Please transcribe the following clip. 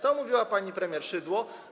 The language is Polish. Tak mówiła pani premier Szydło.